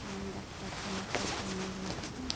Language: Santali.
ᱟᱨ ᱰᱟᱠᱴᱟᱨ ᱴᱷᱮᱱ ᱦᱚᱛᱚ ᱥᱚᱢᱚᱭ ᱞᱟᱜᱟᱜᱼᱟ